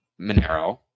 Monero